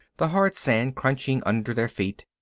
the hard sand crunching under their feet.